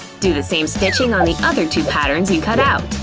do the same stitching on the other two patterns you cut out.